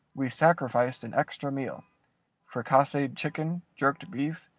we sacrificed an extra meal fricasseed chicken, jerked beef,